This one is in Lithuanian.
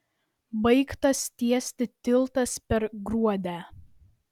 baigtas tiesti tiltas per gruodę